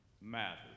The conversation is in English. matters